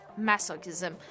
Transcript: masochism